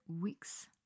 weeks